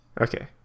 okay